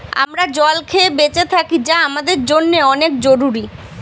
আমরা জল খেয়ে বেঁচে থাকি যা আমাদের জন্যে অনেক জরুরি